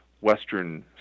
Western